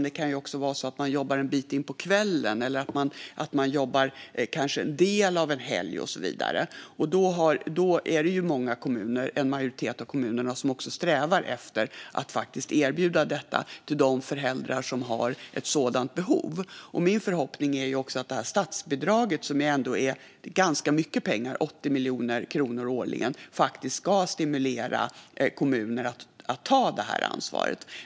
Det kan också vara så att de jobbar en bit in på kvällen eller att de kanske jobbar en del av en helg och så vidare. Då är det en majoritet av kommunerna som strävar efter att erbjuda detta till de föräldrar som har ett sådant behov. Min förhoppning är också att detta statsbidrag - det är ganska mycket pengar, 80 miljoner kronor årligen - faktiskt ska stimulera kommuner att ta detta ansvar.